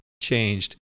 changed